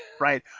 Right